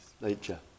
nature